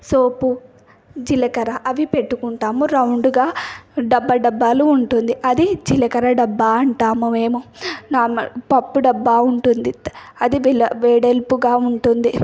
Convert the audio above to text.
సోపు జీలకర్ర అవి పెట్టుకుంటాము రౌండ్గా డబ్బా డబ్బాలు ఉంటుంది అది జీలకర్ర డబ్బా అంటాము మేము నార్మల్ పప్పు డబ్బా ఉంటుంది అది వెల వెడల్పుగా ఉంటుంది